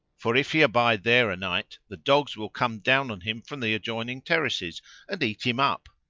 for if he abide there a night the dogs will come down on him from the adjoining terraces and eat him up.